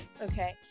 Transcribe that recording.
Okay